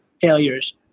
failures